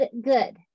good